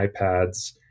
iPads